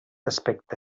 aspecte